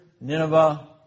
Nineveh